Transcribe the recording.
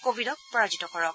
কোৱিডক পৰাজিত কৰক